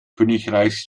königreichs